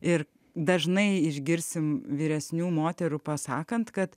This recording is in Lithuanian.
ir dažnai išgirsime vyresnių moterų pasakant kad